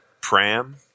Pram